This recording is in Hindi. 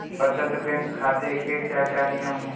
बचत बैंक खाते के क्या क्या नियम हैं?